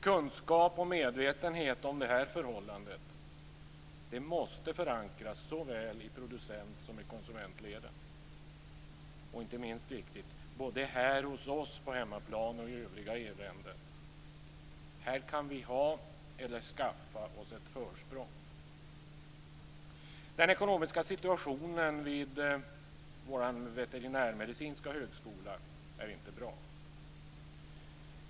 Kunskap och medvetenhet om det här förhållandet måste förankras såväl i producent som i konsumentleden och, inte minst viktigt, både här hos oss på hemmaplan och i övriga EU-länder. Här kan vi ha eller skaffa oss ett försprång. Den ekonomiska situationen vid vår veterinärmedicinska högskola är inte bra.